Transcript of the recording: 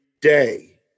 day